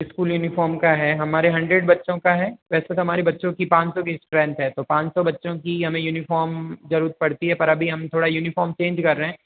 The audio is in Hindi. इस्कूल यूनिफार्म का है हमारे हंड्रेड बच्चों का है वैसे तो हमारे बच्चों की पाँच सौ की स्ट्रेंथ है तो पाँच सौ बच्चों की यानी यूनिफॉर्म जरूरत पड़ती है पर अभी हम थोड़ा यूनिफाॅर्म चेंज कर रहे हैं